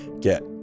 Get